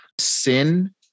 Sin